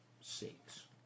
Six